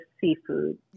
seafood